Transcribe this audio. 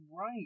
right